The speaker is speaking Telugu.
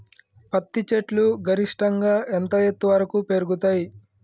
పత్తి చెట్లు గరిష్టంగా ఎంత ఎత్తు వరకు పెరుగుతయ్?